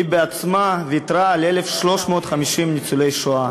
היא בעצמה, ויתרה על 1,350 ניצולי שואה.